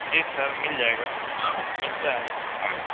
جی sir مل جائے گا ملتا ہے